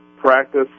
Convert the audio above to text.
practice